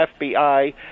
FBI